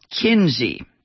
Kinsey